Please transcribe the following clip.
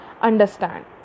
understand